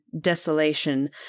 desolation